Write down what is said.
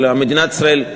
אבל מדינת ישראל,